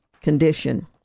condition